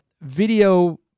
video